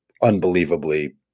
unbelievably